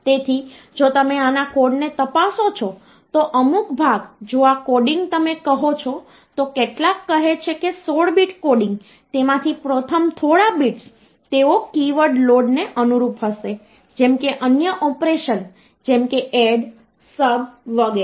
તેથી જો તમે આના કોડને તપાસો છો તો અમુક ભાગ જો આ કોડિંગ તમે કહો છો તો કેટલાક કહે છે કે 16 બીટ કોડિંગ તેમાંથી પ્રથમ થોડા બિટ્સ તેઓ કીવર્ડ લોડને અનુરૂપ હશે જેમ કે અન્ય ઑપરેશન જેમ કે એડ સબ વગેરે